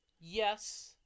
Yes